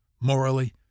morally